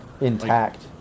intact